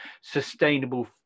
sustainable